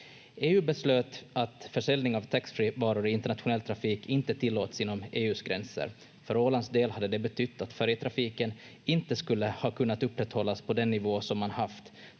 EU beslöt att försäljning av taxfreevaror i internationell trafik inte tillåts inom EU:s gränser. För Ålands del hade det betytt att färjetrafiken inte skulle ha kunnat upprätthållas på den nivå som man haft.